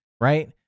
Right